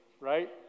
right